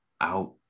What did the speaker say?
out